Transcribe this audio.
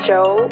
Joe